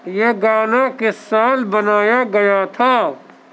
یہ گانا کس سال بنایا گیا تھا